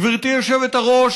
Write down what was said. גברתי היושבת-ראש,